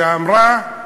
שאמרה: